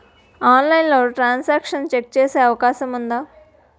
ఆన్లైన్లో transaction check చేసే అవకాశం ఉందా?